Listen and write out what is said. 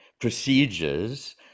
procedures